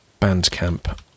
Bandcamp